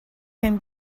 can